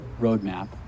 roadmap